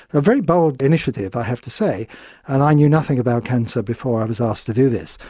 a very bold initiative i have to say and i knew nothing about cancer before i was asked to do this.